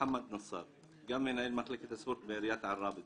גם מנהל מחלקת הספורט בעירייה עראבה צפון.